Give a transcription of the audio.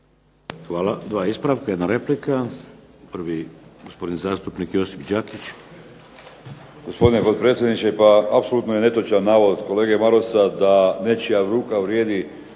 Hvala. Dva ispravka, jedna replika. Prvi gospodin zastupnik Josip Đakić.